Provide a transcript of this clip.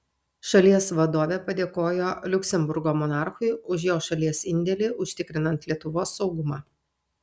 šalies vadovė padėkojo liuksemburgo monarchui už jo šalies indėlį užtikrinant lietuvos saugumą